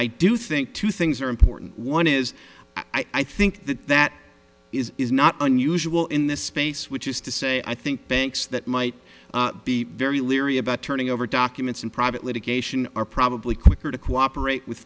i do think two things are important one is i think that that is is not unusual in this space which is to say i think banks that might be very leery about turning over documents in private litigation are probably quicker to cooperate with